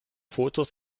fotos